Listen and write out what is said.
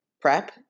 prep